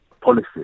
policy